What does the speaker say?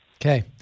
Okay